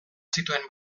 zituen